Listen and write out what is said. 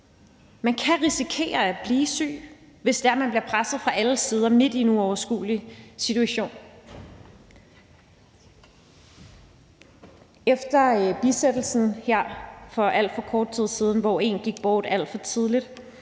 man kan risikere at blive syg, hvis det er sådan, at man bliver presset fra alle sider, når man står midt i en uoverskuelig situation. Efter bisættelsen her for kort tid siden, hvor en gik bort alt for tidligt,